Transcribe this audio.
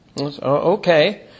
Okay